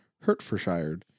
Hertfordshire